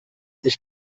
ich